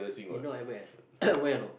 you know at where at where or not